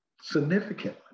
significantly